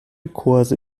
kurse